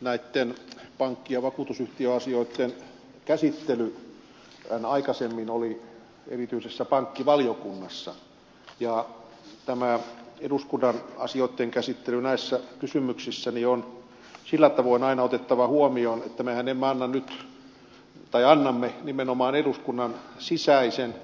näitten pankki ja vakuutusyhtiöasioitten käsittelyhän aikaisemmin oli erityisessä pankkivaliokunnassa ja tämä eduskunnan asioitten käsittely näissä kysymyksissä on sillä tavoin aina otettava huomioon että mehän annamme nimenomaan eduskunnan sisäisen